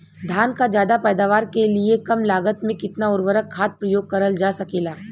धान क ज्यादा पैदावार के लिए कम लागत में कितना उर्वरक खाद प्रयोग करल जा सकेला?